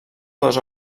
dues